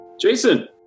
Jason